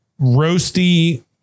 roasty